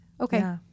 okay